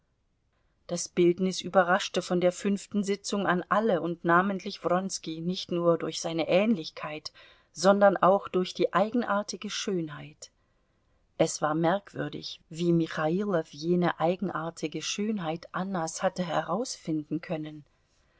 das bildnis überraschte von der fünften sitzung an alle und namentlich wronski nicht nur durch seine ähnlichkeit sondern auch durch die eigenartige schönheit es war merkwürdig wie michailow jene eigenartige schönheit annas hatte herausfinden können